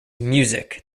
music